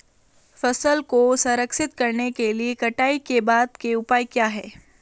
फसल को संरक्षित करने के लिए कटाई के बाद के उपाय क्या हैं?